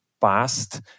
past